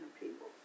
people